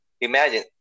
imagine